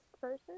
person